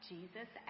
Jesus